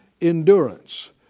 endurance